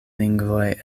lingvoj